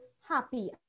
happy